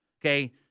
Okay